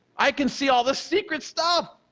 i can see all the secret stuff.